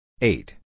Eight